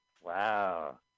Wow